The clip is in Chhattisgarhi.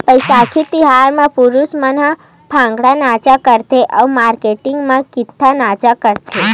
बइसाखी तिहार म पुरूस मन ह भांगड़ा नाच करथे अउ मारकेटिंग मन गिद्दा नाच करथे